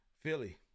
Philly